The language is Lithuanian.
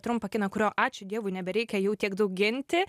trumpą kiną kurio ačiū dievui nebereikia jau tiek daug ginti